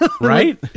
right